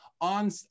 on